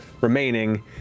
remaining